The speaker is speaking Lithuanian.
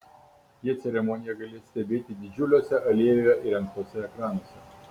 jie ceremoniją galės stebėti didžiuliuose alėjoje įrengtuose ekranuose